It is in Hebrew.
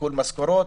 עיקול משכורות.